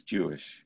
Jewish